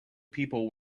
people